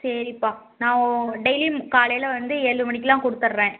சரிப்பா நான் டெய்லியும் காலையில் வந்து ஏழு மணிக்கெலாம் கொடுத்தட்றேன்